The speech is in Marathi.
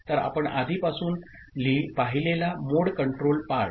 तर आपण आधीपासून पाहिलेला मोड कंट्रोल पार्ट